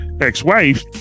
ex-wife